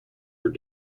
were